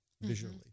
visually